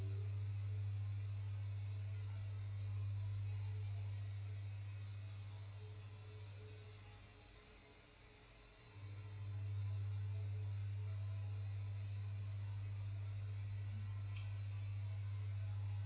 um